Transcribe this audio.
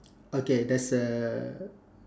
okay there's a